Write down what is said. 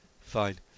Fine